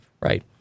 right